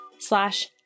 slash